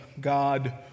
God